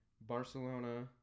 Barcelona